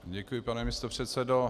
Děkuji, pane místopředsedo.